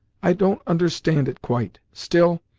i don't understand it quite still,